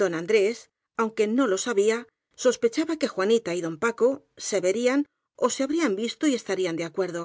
don andrés aun que no lo sabía sospechaba que juanita y don paco se verían ó se habrían visto y estarían de acuerdo